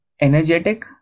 energetic